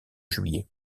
juillet